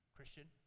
Christian